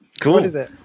cool